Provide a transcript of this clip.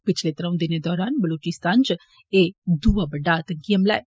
पिछले त्र'ऊं दिनें दौरान बलोचिस्तान इच एह् दुआ बड्डा आतंकी हमला ऐ